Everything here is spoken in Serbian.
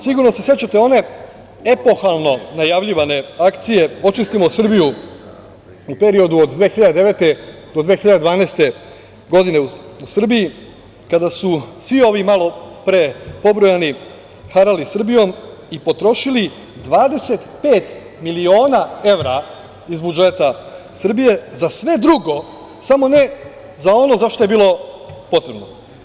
Sigurno se sećate one epohalno najavljivane akcije „Očistimo Srbiju“ u periodu od 2009. do 2012. godine u Srbiji, kada su svi ovi malopre pobrojani harali Srbijom i potrošili 25 miliona evra iz budžeta Srbije za sve drugo, samo ne za ono za šta je bilo potrebno.